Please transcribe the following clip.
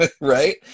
right